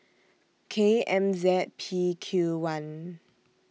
K M Z P Q one